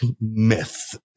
myth